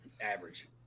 Average